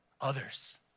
others